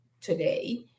today